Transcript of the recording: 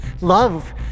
Love